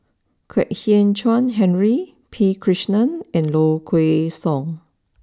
Kwek Hian Chuan Henry P Krishnan and Low Kway Song